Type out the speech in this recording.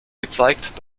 gezeigt